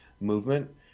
movement